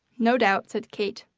no doubt! said kate.